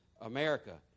America